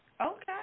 Okay